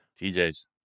TJ's